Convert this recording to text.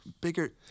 Bigger